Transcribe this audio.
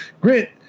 grit